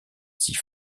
six